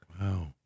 Wow